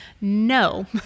no